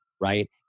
right